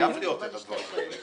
חייבים להיות הדברים האלה.